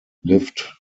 lived